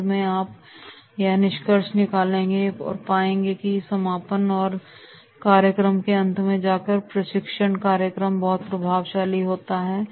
अंत में आप यह निष्कर्ष निकाल पाएंगे कि समापन और कार्यक्रम के अंत में जाकर प्रशिक्षण कार्यक्रम बहुत प्रभावशाली होता है